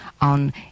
on